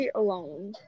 alone